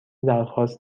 درخواست